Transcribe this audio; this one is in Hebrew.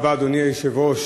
תודה רבה, אדוני היושב-ראש.